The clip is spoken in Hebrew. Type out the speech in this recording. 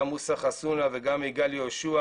גם מוסא חסונה וגם יגאל יהושע